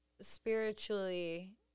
Spiritually